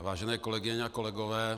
Vážené kolegyně a kolegové.